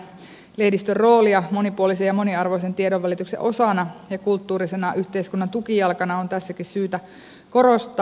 lehdistön roolia monipuolisen ja moniarvoisen tiedonvälityksen osana ja kulttuurisena yhteiskunnan tukijalkana on tässäkin syytä korostaa